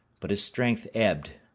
but his strength ebbed,